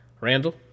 Randall